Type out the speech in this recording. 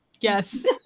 Yes